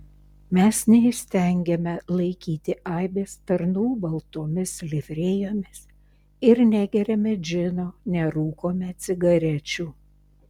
mes neįstengiame laikyti aibės tarnų baltomis livrėjomis ir negeriame džino nerūkome cigarečių